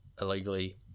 illegally